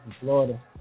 Florida